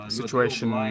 situation